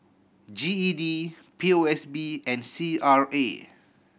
G E D P O S B and C R A